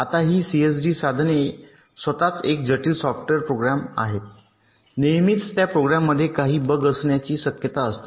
आता ही सीएडी साधने स्वतःच एक जटिल सॉफ्टवेअर प्रोग्राम आहेत नेहमीच त्या प्रोग्राममध्ये काही बग असण्याची शक्यता असतात